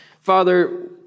Father